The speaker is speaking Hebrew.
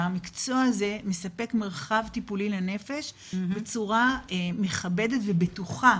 המקצוע הזה מספק מרחב טיפולי לנפש בצורה מכבדת ובטוחה